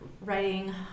writing